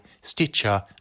Stitcher